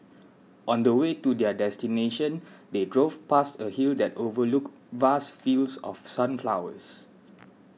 on the way to their destination they drove past a hill that overlooked vast fields of sunflowers